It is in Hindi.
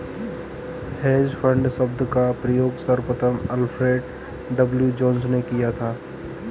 हेज फंड शब्द का प्रयोग सर्वप्रथम अल्फ्रेड डब्ल्यू जोंस ने किया था